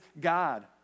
God